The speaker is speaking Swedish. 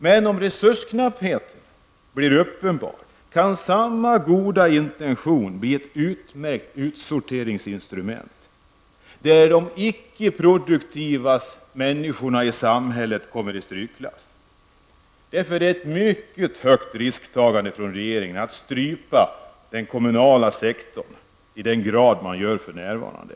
Men om resursknapphet blir uppenbar kan samma goda intentioner bli ett utmärkt utsorteringsinstrument, där de icke-produktiva människorna i samhället kommer i strykklass. Därför är det ett mycket högt risktagande från regeringen att strypa den kommunala sektorn på det sätt som man gör för närvarande.